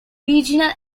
regional